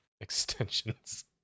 Extensions